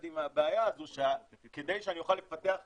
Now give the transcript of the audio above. עם הבעיה הזאת שכדי שאוכל לפתח אקו-סיסטם,